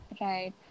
Right